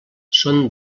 són